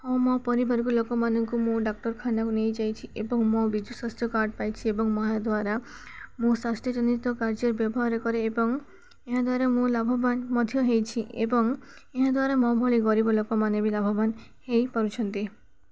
ହଁ ମୋ ପରିବାରକୁ ଲୋକମାନଙ୍କୁ ମୁଁ ଡାକ୍ତରଖାନାକୁ ନେଇଯାଇଛି ଏବଂ ମୋ ବିଜୁ ସ୍ୱାସ୍ଥ୍ୟ କାର୍ଡ଼ ପାଇଛି ଏବଂ ଏହା ଦ୍ୱାରା ମୁଁ ସ୍ୱାସ୍ଥ୍ୟଜନିତ କାର୍ଯ୍ୟ ବ୍ୟବହାର କରେ ଏବଂ ଏହା ଦ୍ୱାରା ମୁଁ ଲାଭବାନ ମଧ୍ୟ ହେଇଛି ଏବଂ ଏହା ଦ୍ୱାରା ମୋ ଭଳି ଗରିବ ଲୋକମାନେ ବି ଲାଭବାନ ହେଇପାରୁଛନ୍ତି